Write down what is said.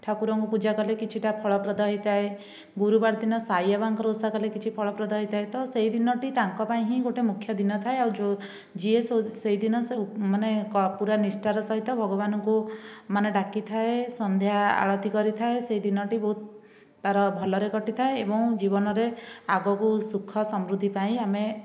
ଠାକୁରଙ୍କୁ ପୂଜା କଲେ କିଛିଟା ଫଳପ୍ରଦ ହୋଇଥାଏ ଗୁରୁବାର ଦିନ ସାଇବାବାଙ୍କର ଓଷା କଲେ କିଛି ଫଳପ୍ରଦ ହୋଇଥାଏ ତ ସେହିଦିନଟି ତାଙ୍କ ପାଇଁ ହିଁ ଗୋଟିଏ ମୁଖ୍ୟ ଦିନ ଥାଏ ଆଉ ଯେଉଁ ଯିଏ ସେହିଦିନ ମାନେ ପୁରା ନିଷ୍ଠାର ସହିତ ଭଗବାନଙ୍କୁ ମାନେ ଡାକିଥାଏ ସନ୍ଧ୍ୟା ଆଳତି କରିଥାଏ ସେହି ଦିନଟି ବହୁତ ତାର ଭଲରେ କଟିଥାଏ ଏବଂ ଜୀବନରେ ଆଗକୁ ସୁଖ ସମୃଦ୍ଧି ପାଇଁ ଆମେ